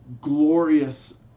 glorious